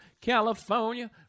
California